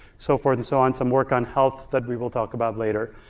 so forth and so on, some work on health that we will talk about later.